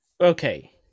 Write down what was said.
Okay